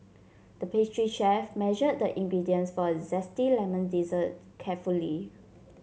the pastry chef measured the ingredients for a zesty lemon dessert carefully